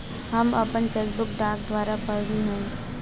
हम आपन cheque book डाक द्वारा पउली है